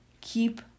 keep